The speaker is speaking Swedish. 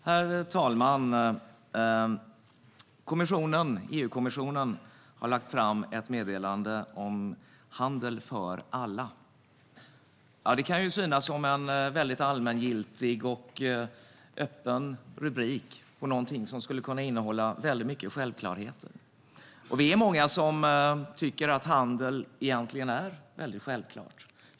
Herr talman! EU-kommissionen har lagt fram ett meddelande om handel för alla. Det kan synas som en allmängiltig och öppen rubrik på något som kan innehålla mycket självklarheter. Vi är många som tycker att handel egentligen är självklart.